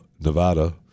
Nevada